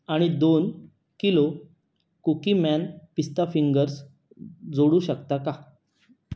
आणि दोन kilo Cookieman पिस्ता फिंगर्स जोडू शकता का